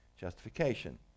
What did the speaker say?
Justification